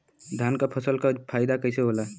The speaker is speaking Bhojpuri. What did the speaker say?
धान क फसल क फायदा कईसे होला?